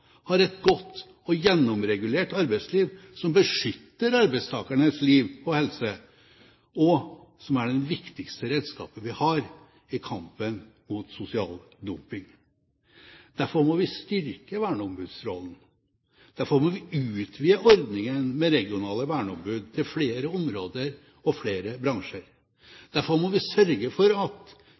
har et godt og gjennomregulert arbeidsliv som beskytter arbeidstakernes liv og helse, og som er den viktigste redskapen vi har i kampen mot sosial dumping. Derfor må vi styrke verneombudsrollen. Derfor må vi utvide ordningen med regionale verneombud til flere områder og flere bransjer. Derfor må vi sørge for at